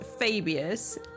Fabius